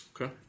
Okay